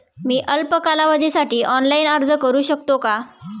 मी अल्प कालावधीसाठी ऑनलाइन अर्ज करू शकते का?